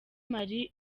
marie